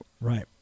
Right